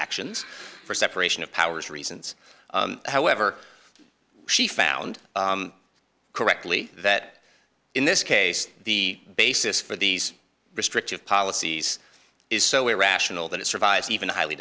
actions for separation of powers reasons however she found correctly that in this case the basis for these restrictive policies is so irrational that it survives even a highly